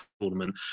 tournament